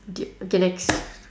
idiot okay next